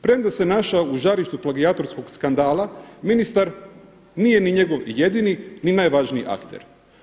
Premda se našao u žarištu plagijatorskog skandala ministar nije ni njegov jedini ni najvažniji akter.